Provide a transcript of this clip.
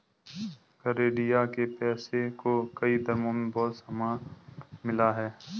गरेड़िया के पेशे को कई धर्मों में बहुत सम्मान मिला है